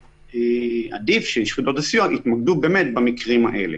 עדיף שיחידות הסיוע יתמקדו במקרים האלה.